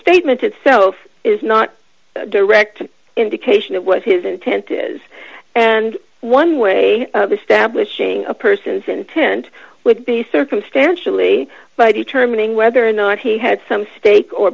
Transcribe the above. statement itself is not a direct indication of what his intent is and one way of establishing a person's intent would be circumstantially by determining whether or not he had some stake or